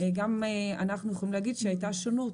גם אנחנו יכולים להגיד שהייתה שונות.